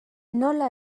nola